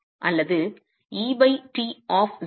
5 அல்லது et of 0